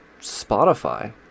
Spotify